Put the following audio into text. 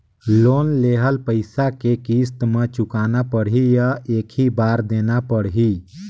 Loan लेहल पइसा के किस्त म चुकाना पढ़ही या एक ही बार देना पढ़ही?